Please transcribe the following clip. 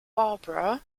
barbara